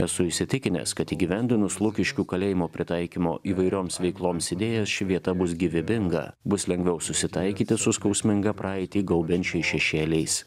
esu įsitikinęs kad įgyvendinus lukiškių kalėjimo pritaikymo įvairioms veikloms idėją ši vieta bus gyvybinga bus lengviau susitaikyti su skausmingą praeitį gaubiančiais šešėliais